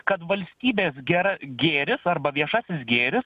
kad valstybės gera gėris arba viešasis gėris